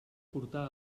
portà